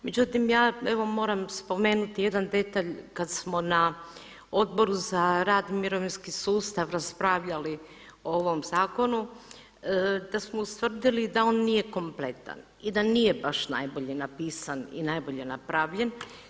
Međutim ja evo moram spomenuti jedan detalj kada smo na Odboru za rad i mirovinski sustav raspravljali o ovom zakonu da smo ustvrdili da on nije kompletan i da nije baš najbolje napisan i najbolje napravljen.